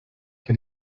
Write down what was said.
que